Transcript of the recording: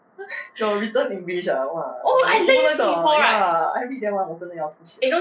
you written english ah !wah! ya I read 真的要吐血